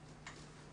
פחות.